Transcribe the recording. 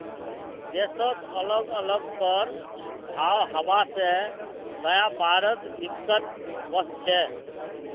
देशत अलग अलग कर भाव हवा से व्यापारत दिक्कत वस्छे